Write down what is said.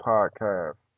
Podcast